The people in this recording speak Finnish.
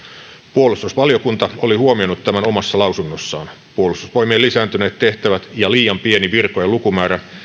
puolustusvaliokunta oli huomioinut tämän omassa lausunnossaan puolustusvoimien lisääntyneet tehtävät ja liian pieni virkojen lukumäärä